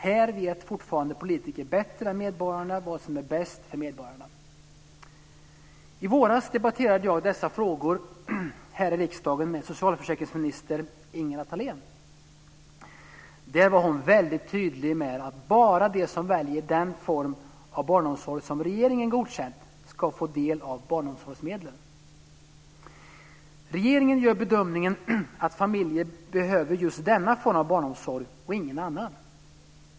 Här vet fortfarande politiker bättre än medborgarna vad som är bäst för medborgarna. I våras debatterade jag dessa frågor här i riksdagen med socialförsäkringsminister Ingela Thalén. Hon var väldigt tydlig med att bara de som väljer den form av barnomsorg som regeringen godkänt ska få del av barnomsorgsmedlen. Regeringen gör bedömningen att familjer behöver just denna form av barnomsorg och ingen annan.